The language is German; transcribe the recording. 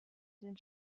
den